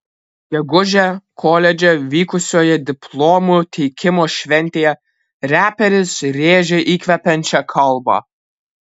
gegužę koledže vykusioje diplomų teikimo šventėje reperis rėžė įkvepiančią kalbą